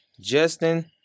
Justin